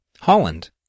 Holland